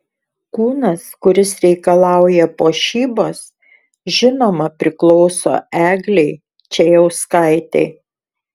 kūnas kuris reikalauja puošybos žinoma priklauso eglei čėjauskaitei